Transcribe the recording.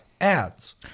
ads